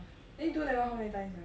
then you do that one how many times sia